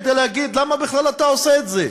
כדי להגיד למה בכלל אתה עושה את זה,